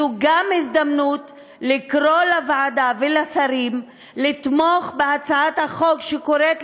זו הזדמנות לקרוא לוועדה ולשרים לתמוך בהצעת החוק שקוראת